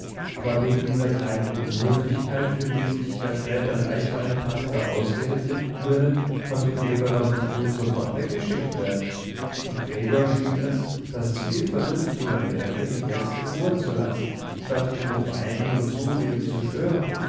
aber wegen dieser kleinen unhöflichkeit für die sich ja später leicht eine passende ausrede finden würde konnte gregor doch nicht gut sofort weggeschickt werden und gregor schien es daß es viel vernünftiger wäre ihn jetzt in ruhe zu lassen statt ihn mit weinen und zureden zu stören